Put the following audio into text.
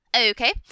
Okay